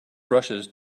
rushes